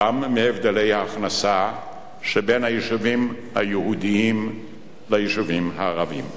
גם מהבדלי ההכנסה שבין היישובים היהודיים ליישובים הערביים.